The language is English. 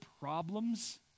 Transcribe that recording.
problems